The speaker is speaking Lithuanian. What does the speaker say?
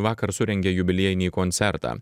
vakar surengė jubiliejinį koncertą